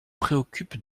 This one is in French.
préoccupe